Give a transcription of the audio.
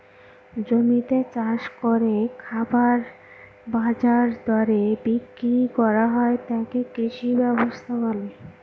জমিতে চাষ করে খাবার বাজার দরে বিক্রি করা হয় তাকে কৃষি ব্যবস্থা বলে